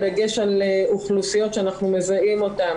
בדגש על אוכלוסיות שאנחנו מזהים אותן